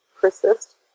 persist